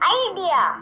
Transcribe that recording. idea